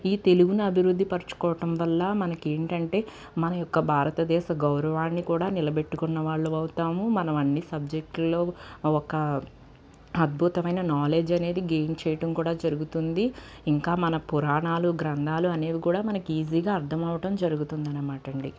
ఈ తెలుగుని అభివృద్ధి పరుచుకోవటం వల్ల మనకి ఏంటంటే మన యొక్క భారతదేశ గౌరవాన్ని కూడా నిలబెట్టుకున్న వాళ్ళం అవుతాము మనం అన్ని సబ్జెక్టులో ఒక అద్భుతమైన నాలెడ్జ్ అనేది గైన్ చేయటం కూడా జరుగుతుంది ఇంకా మన పురాణాలు గ్రంథాలు అనేవి కూడా మనకి ఈజీగా అర్థమవ్వడం జరుగుతుంది అనమాట అండి